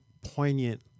poignant